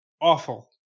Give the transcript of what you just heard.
Awful